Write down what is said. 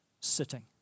sitting